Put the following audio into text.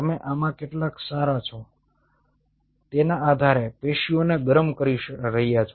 તમે આમાં કેટલા સારા છો તેના આધારે પેશીઓને ગરમ કરી રહ્યા છે